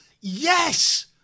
yes